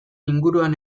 inguruan